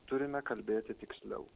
turime kalbėti tiksliau